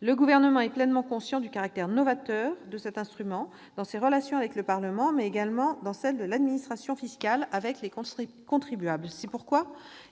Le Gouvernement est pleinement conscient du caractère novateur de cet instrument, qu'il s'agisse de ses relations avec le Parlement ou des relations de l'administration fiscale avec les contribuables. C'est pourquoi